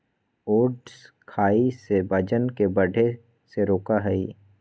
oats खाई से वजन के बढ़े से रोका हई